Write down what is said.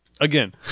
Again